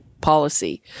policy